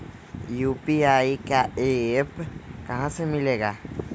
UPI का app कहा से मिलेला?